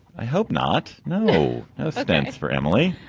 i hope not. no, no no stents for emily.